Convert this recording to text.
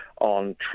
on